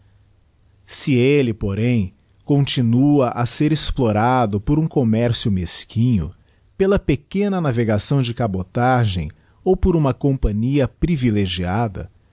se elle porém continua a ser explorado por um commercio mesquinho pela pequena navegação de cabotagem ou por uma companhia priviledigiti